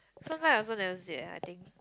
sometime I also never zip ah I think